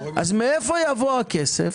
אז מאיפה יבוא הכסף?